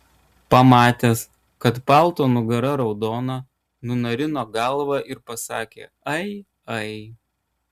pamatęs kad palto nugara raudona nunarino galvą ir pasakė ai ai